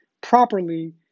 properly